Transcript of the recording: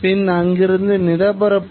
அவ்வகையான இயந்திரநுட்பத்தில் இருக்கும்